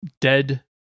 dead